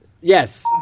Yes